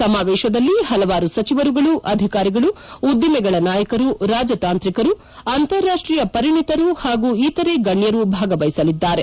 ಸಮಾವೇಶದಲ್ಲಿ ಹಲವಾರು ಸಚಿವರುಗಳು ಅಧಿಕಾರಿಗಳು ಉದ್ದಿಮೆಗಳ ನಾಯಕರು ರಾಜತಾಂತ್ರಿಕರು ಅಂತಾರಾಷ್ಷೀಯ ಪರಿಣತರು ಹಾಗೂ ಇತರೆ ಗಣ್ಣರು ಭಾಗವಹಿಸಲಿದ್ದಾರೆ